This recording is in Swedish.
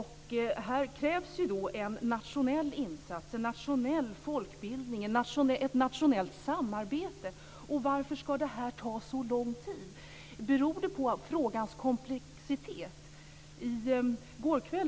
Här krävs en nationell insats, en nationell folkbildning och ett nationellt samarbete. Varför ska detta ta så lång tid? Beror det på frågans komplexitet? Herr talman!